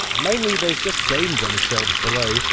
mainly, there's just games on the shelves below.